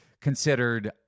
considered